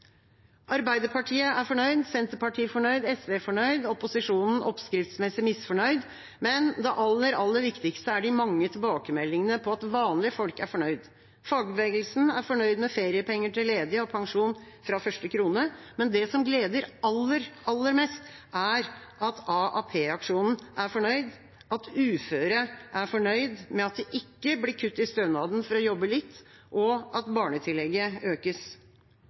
Arbeiderpartiet er fornøyd, Senterpartiet er fornøyd, SV er fornøyd. Opposisjonen er oppskriftsmessig misfornøyd, men det aller, aller viktigste er de mange tilbakemeldingene om at vanlige folk er fornøyd. Fagbevegelsen er fornøyd med feriepenger til ledige og pensjon fra første krone, men det som gleder aller mest, er at AAP-aksjonen er fornøyd, at uføre er fornøyd med at det ikke blir kutt i stønaden for å jobbe litt, og at barnetillegget økes.